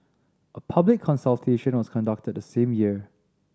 a public consultation was conducted the same year